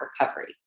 recovery